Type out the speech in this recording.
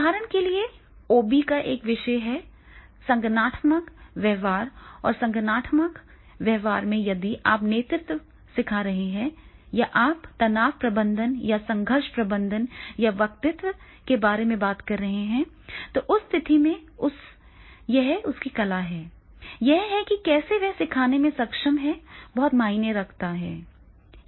उदाहरण के लिए ओबी का एक विषय है संगठनात्मक व्यवहार और संगठनात्मक व्यवहार में यदि आप नेतृत्व सिखा रहे हैं या आप तनाव प्रबंधन या संघर्ष प्रबंधन या व्यक्तित्व के बारे में बात कर रहे हैं तो उस स्थिति में यह उसकी कला है यह है कि कैसे वह सिखाने में सक्षम है बहुत मायने रखता है